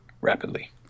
rapidly